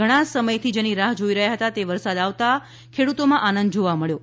ઘણા સમયથી જેની રાહ જોઈ રહ્યા તે વરસાદ આવતા ખેડૂતોમાં આનંદ જોવા મળી રહ્યો છે